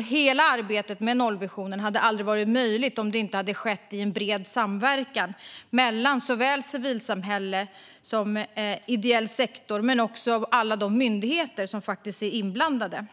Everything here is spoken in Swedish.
Hela arbetet med nollvisionen hade aldrig varit möjligt om det inte hade skett i bred samverkan mellan civilsamhälle och ideell sektor men också med alla myndigheter som är inblandade.